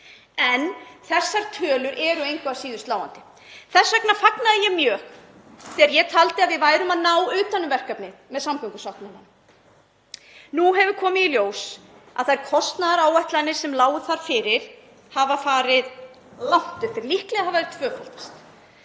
Þessar tölur eru engu að síður sláandi. Þess vegna fagnaði ég mjög þegar ég taldi að við værum að ná utan um verkefnið með samgöngusáttmálanum. Nú hefur komið í ljós að þær kostnaðaráætlanir sem lágu þar fyrir hafa farið langt upp fyrir, líklega hafa þær tvöfaldast.